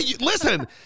Listen